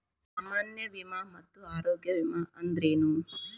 ಸಾಮಾನ್ಯ ವಿಮಾ ಮತ್ತ ಆರೋಗ್ಯ ವಿಮಾ ಅಂದ್ರೇನು?